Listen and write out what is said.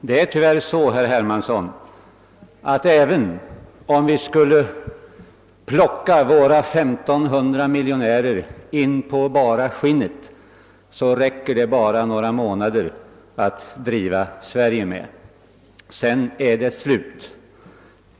Det är tyvärr så, herr Hermansson, att även om vi skulle plocka våra 1500 miljonärer in på bara skinnet, så räcker dessa pengar bara några månader för att driva Sverige. Sedan är det slut!